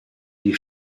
die